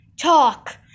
Talk